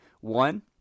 One